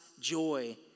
joy